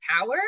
power